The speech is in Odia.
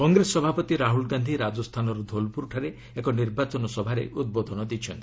କଂଗ୍ରେସ ସଭାପତି ରାହୁଲ୍ ଗାନ୍ଧି ରାଜସ୍ଥାନର ଧୋଲ୍ପୁରଠାରେ ଏକ ନିର୍ବାଚନ ସଭାରେ ଉଦ୍ବୋଧନ ଦେଇଛନ୍ତି